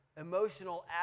emotional